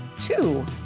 two